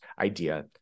idea